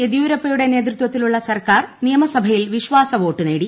യെദ്യൂരപ്പയുടെ നേതൃത്വത്തിലുള്ള സർക്കാർ നിയമസഭയിൽ വിശ്വാസ വോട്ട് നേടി